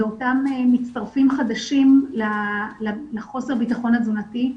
אותם מצטרפים חדשים לחוסר הביטחון התזונתי,